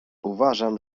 uważam